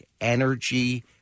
Energy